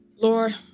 Lord